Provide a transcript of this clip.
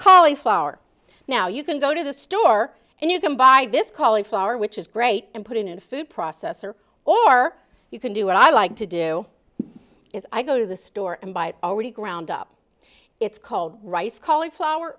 callie flour now you can go to the store and you can buy this callie flour which is great and put it in a food processor or you can do what i like to do is i go to the store and buy already ground up it's called rice calli